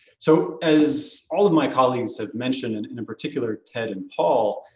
so as all of my colleagues have mentioned and in in particular ted and paul,